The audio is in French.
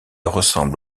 ressemble